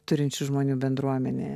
turinčių žmonių bendruomenėje